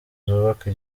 zubaka